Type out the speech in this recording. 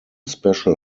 special